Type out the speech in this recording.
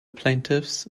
plaintiffs